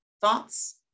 Thoughts